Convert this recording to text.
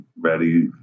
ready